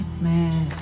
nightmare